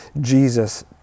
Jesus